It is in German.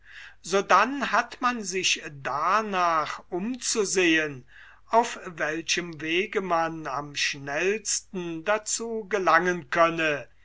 sodann hat man sich darnach umzusehen auf welchem wege man am schnellsten dazu gelangen könne